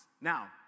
Now